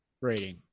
rating